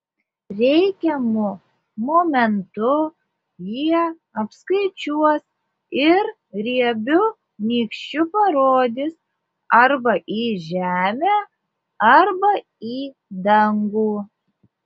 reikiamu momentu jie apskaičiuos ir riebiu nykščiu parodys arba į žemę arba į dangų